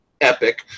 epic